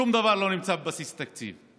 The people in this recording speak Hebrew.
שום דבר לא נמצא בבסיס התקציב,